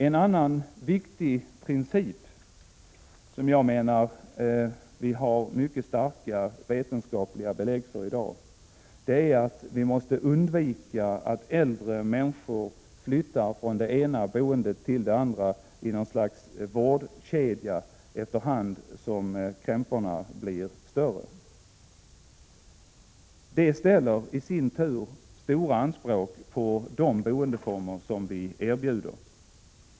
En annan viktig princip som det i dag finns mycket starka vetenskapliga belägg för är att undvika att äldre människor flyttar från det ena boendet till det andra i något slags vårdkedja efter hand som krämporna blir värre. Det ställer i sin tur stora anspråk på de boendeformer som erbjuds.